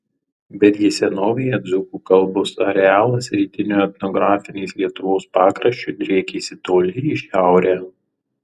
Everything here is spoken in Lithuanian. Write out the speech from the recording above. betgi senovėje dzūkų kalbos arealas rytiniu etnografinės lietuvos pakraščiu driekėsi toli į šiaurę